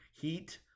Heat